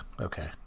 okay